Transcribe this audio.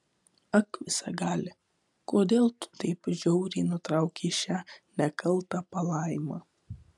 ak visagali kodėl tu taip žiauriai nutraukei šią nekaltą palaimą